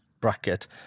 bracket